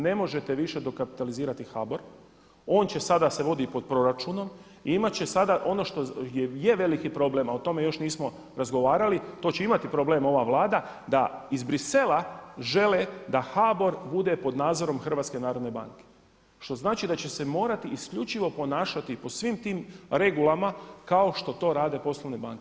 Ne možete više dokapitalizirati HBOR, on će sada se vodi pod proračunom i imat će sada, ono što je veliki problem, a o tome još nismo razgovarali to će imati problem ova Vlada da iz Bruxellesa žele da HBOR bude pod nadzorom Hrvatske narodne banke, što znači da će se morati isključivo ponašati po svim tim regulama kao što to rade poslovne banke.